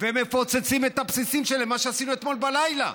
ומפוצצים את הבסיסים שלהם, מה שעשינו אתמול בלילה,